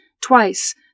twice